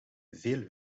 veel